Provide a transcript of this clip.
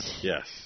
Yes